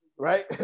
Right